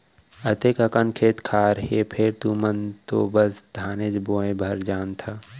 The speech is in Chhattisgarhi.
अतेक अकन खेत खार हे फेर तुमन तो बस धाने बोय भर जानथा